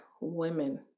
women